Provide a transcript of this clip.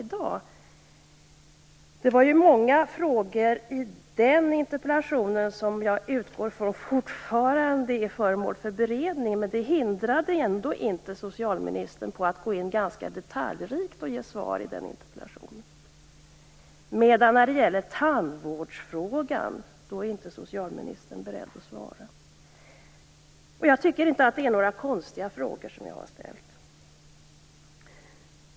Jag utgår från att många frågor i den interpellationen fortfarande är föremål för beredning. Det hindrade ändå inte socialministern från att ganska detaljrikt ge svar på den interpellationen. I tandvårdsfrågan däremot är socialministern inte beredd att svara. Jag tycker inte att jag har ställt konstiga frågor.